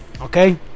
Okay